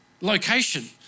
location